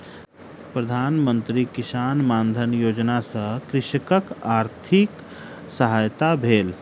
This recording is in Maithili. प्रधान मंत्री किसान मानधन योजना सॅ कृषकक आर्थिक सहायता भेल